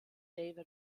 david